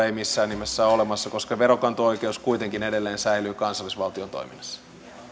ei missään nimessä ole olemassa koska veronkanto oikeus kuitenkin edelleen säilyy kansallisvaltion toiminnassa